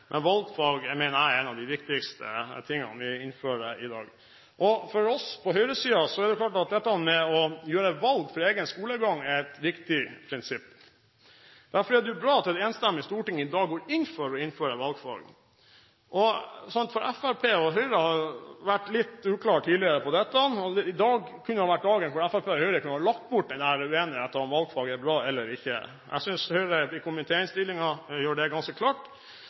viktigste vi innfører i dag. For oss på høyresiden er det klart at det å gjøre valg for egen skolegang er et viktig prinsipp. Derfor er det bra at et enstemmig storting i dag går inn for å innføre valgfag. Fremskrittspartiet og Høyre har tidligere vært litt uklare her. I dag kunne ha vært dagen da Fremskrittspartiet og Høyre kunne ha lagt bort uenigheten om valgfag er bra eller ikke. Jeg synes Høyre i komitéinnstillingen gjør det ganske klart.